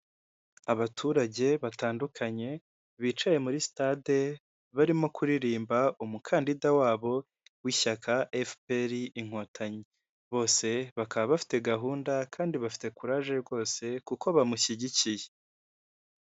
Abagore benshi n'abagabo benshi bicaye ku ntebe bari mu nama batumbiriye imbere yabo bafite amazi yo kunywa ndetse n'ibindi bintu byo kunywa imbere yabo hari amamashini ndetse hari n'indangururamajwi zibafasha kumvikana.